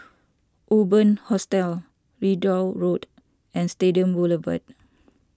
Urban Hostel Ridout Road and Stadium Boulevard